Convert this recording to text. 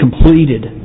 completed